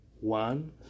one